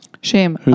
Shame